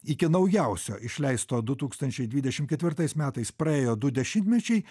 iki naujausio išleisto du tūkstančiai dvidešim ketvirtais metais praėjo du dešimtmečiai